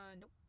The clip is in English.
nope